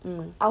um